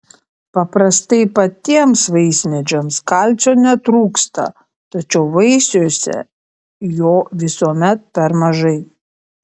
paprastai patiems vaismedžiams kalcio netrūksta tačiau vaisiuose jo visuomet per mažai